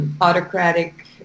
autocratic